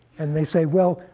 and they say, well,